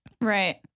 Right